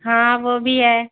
ہاں وہ بھی ہے